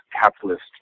capitalist